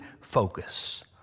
focus